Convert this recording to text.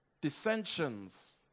Dissensions